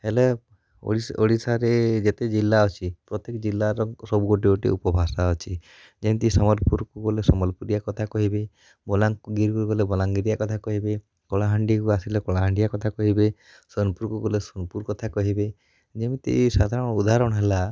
ହେଲେ ଓଡ଼ି ଓଡ଼ିଶାରେ ଯେତେ ଜିଲ୍ଲା ଅଛି ପ୍ରତ୍ୟେକ ଜିଲ୍ଲାର ସବୁ ଗୋଟେ ଗୋଟେ ଉପଭାଷା ଅଛି ଯେନ୍ତି ସମ୍ବଲପୁରକୁ ଗଲେ ସମ୍ବଲପୁରୀଆ କଥା କହିବେ ବଲାଙ୍ଗୀରକୁ ଗଲେ ବଲାଙ୍ଗୀରିଆ କଥା କହିବେ କଳାହାଣ୍ଡିକୁ ଆସିଲେ କଳାହାଣ୍ଡିଆ କଥା କହିବେ ସୋନପୁରକୁ ଗଲେ ସୋନପୁର କଥା କହିବେ ଯେମିତି ସାଧାରଣ ଉଦାହରଣ ହେଲା